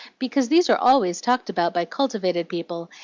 because these are always talked about by cultivated people,